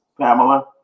Pamela